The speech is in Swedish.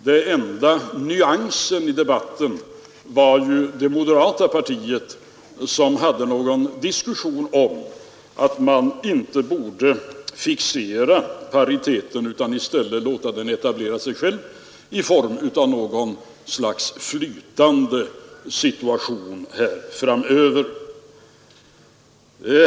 Den enda nyansen i debatten stod det moderata partiet för, som tyckte att man inte borde fixera pariteten utan låta den etablera sig själv genom att låta kursen vara flytande någon tid framöver.